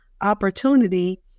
opportunity